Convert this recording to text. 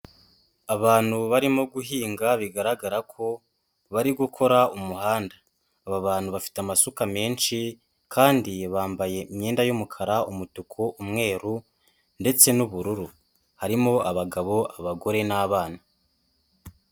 Abantu barimo guhinga bigaragara ko bari gukora umuhanda, aba bantu bafite amasuka menshi kandi bambaye imyenda y'umukara, umutuku, umweru ndetse n'ubururu, harimo abagabo, abagore n'abana.